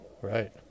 right